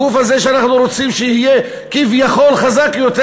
הגוף הזה שאנחנו רוצים שיהיה כביכול חזק יותר,